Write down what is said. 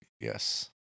Yes